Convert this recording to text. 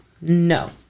No